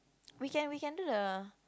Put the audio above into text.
we can we can do the